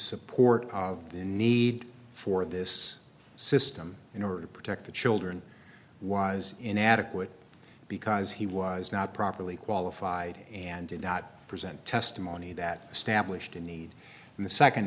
support of the need for this system in order to protect the children was inadequate because he was not properly qualified and did not present testimony that established a need and the second